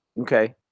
Okay